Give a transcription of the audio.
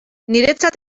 niretzat